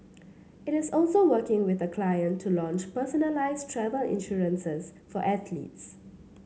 it is also working with a client to launch personalised travel insurances for athletes